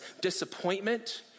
disappointment